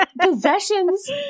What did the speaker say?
possessions